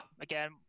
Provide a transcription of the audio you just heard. Again